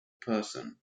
person